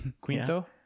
quinto